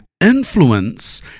influence